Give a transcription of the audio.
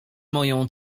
moją